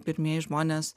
pirmieji žmonės